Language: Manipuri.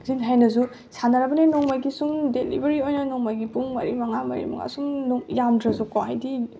ꯍꯩꯅꯁꯨ ꯁꯥꯟꯅꯔꯕꯅꯤꯅ ꯅꯣꯡꯃꯒꯤ ꯁꯨꯝ ꯗꯦꯂꯤꯚꯔꯤ ꯑꯣꯏꯅ ꯅꯣꯡꯃꯒꯤ ꯄꯨꯡ ꯃꯔꯤ ꯃꯉꯥ ꯃꯔꯤ ꯃꯉꯥ ꯁꯨꯝ ꯌꯥꯝꯗ꯭ꯔꯁꯨ ꯀꯣ ꯍꯥꯏꯗꯤ